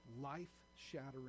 life-shattering